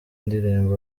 ndirimbo